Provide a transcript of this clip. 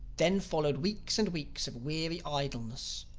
then followed weeks and weeks of weary idleness.